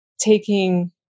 Taking